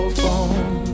phone